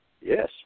yes